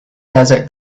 desert